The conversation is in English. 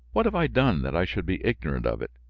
what have i done that i should be ignorant of it?